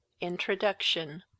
introduction